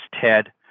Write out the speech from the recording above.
Ted